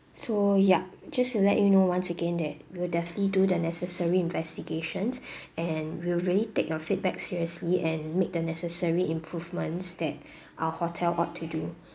so yup just to let you know once again that we'll definitely do the necessary investigations and we'll really take your feedback seriously and make the necessary improvements that our hotel ought to do